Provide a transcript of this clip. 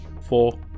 Four